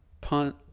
punt